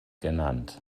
genannt